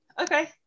Okay